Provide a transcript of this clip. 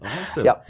Awesome